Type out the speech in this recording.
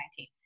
2019